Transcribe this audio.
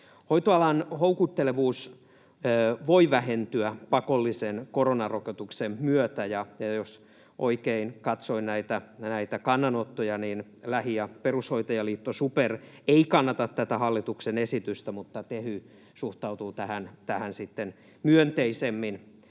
Hoitoalan houkuttelevuus voi vähentyä pakollisen koronarokotuksen myötä, ja jos oikein katsoin näitä kannanottoja, niin lähi‑ ja perushoitajaliitto SuPer ei kannata tätä hallituksen esitystä, mutta Tehy suhtautuu tähän sitten myönteisemmin